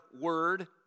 word